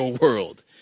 world